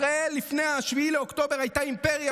ישראל לפני 7 באוקטובר הייתה אימפריה,